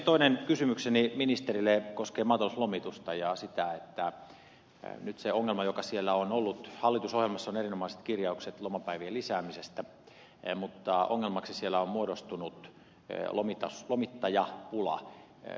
toinen kysymykseni ministerille koskee maatalouslomitusta ja sitä että hallitusohjelmassa on erinomaiset kirjaukset lomapäivien lisäämisestä mutta ongelmaksi maataloudessa on muodostunut lomittajapula